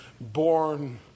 Born